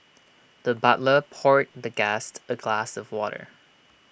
the butler poured the guest A glass of water